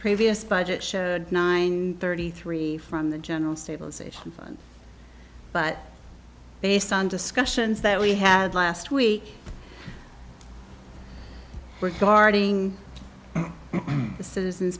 previous budget showed nine thirty three from the general stabilization fund but based on discussions that we had last week regarding the citizen